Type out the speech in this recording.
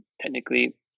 technically